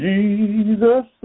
Jesus